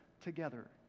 together